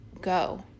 go